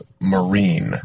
marine